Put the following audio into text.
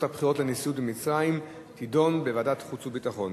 הבחירות לנשיאות במצרים תידון בוועדת חוץ וביטחון.